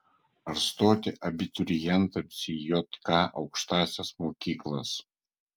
ar stoti abiturientams į jk aukštąsias mokyklas